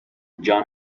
جان